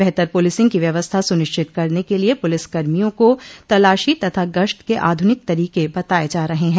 बेहतर पुलिसिंग की व्यवस्था सुनिश्चित करने के लिए पुलिस कर्मियों को तलाशी तथा गश्त के आधुनिक तरीके बताये जा रहे हैं